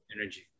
energy